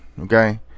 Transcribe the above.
Okay